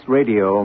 Radio